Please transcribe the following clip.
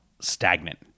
stagnant